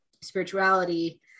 spirituality